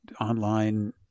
online